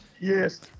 yes